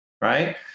right